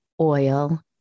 oil